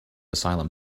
asylum